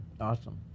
Awesome